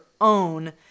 own